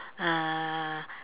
uh